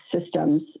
systems